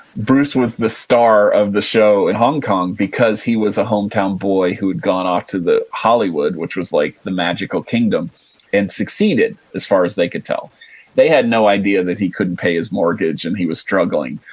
bruce was the star of the show in hong kong because he was a hometown boy who'd gone off to hollywood, which was like the magical kingdom and succeeded as far as they could tell they had no idea that he couldn't pay his mortgage and he was struggling.